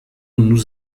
nous